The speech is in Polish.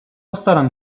postaram